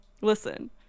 listen